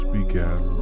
began